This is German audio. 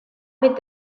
mit